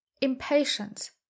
impatience